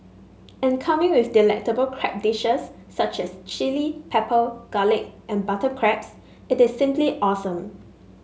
and coming with delectable crab dishes such as chilli pepper garlic and butter crabs it is simply awesome